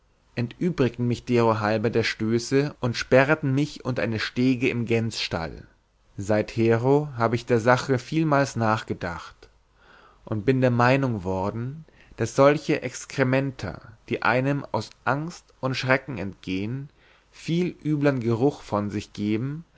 entübrigten mich derohalben der stöße und sperreten mich unter eine stege in gänsstall seithero hab ich der sache vielmals nachgedacht und bin der meinung worden daß solche excrementa die einem aus angst und schrecken entgehen viel üblern geruch von sich geben